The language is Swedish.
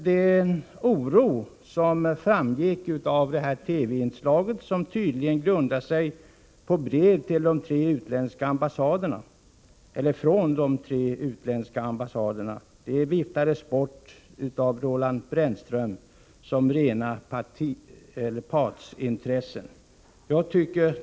Den oro som framkom i TV-inslaget i går, som tydligen var grundat på brev från tre utländska ambassader, viftades bort av Roland Brännström som uttryck för rena partsintressen.